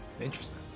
interesting